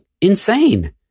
insane